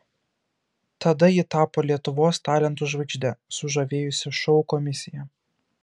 tada ji tapo lietuvos talentų žvaigžde sužavėjusia šou komisiją